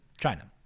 China